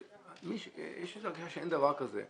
יש איזה הרגשה שאין דבר כזה רעב.